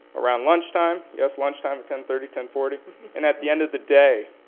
around lunchtime yes, lunchtime at ten thirty, ten forty and at the end of the day.